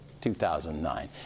2009